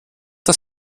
das